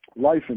life